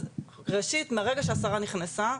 אז ראשית מרגע שהשרה נכנסה,